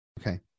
Okay